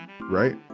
Right